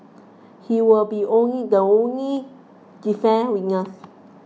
he will be only the only defence witness